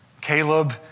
Caleb